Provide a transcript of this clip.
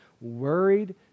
worried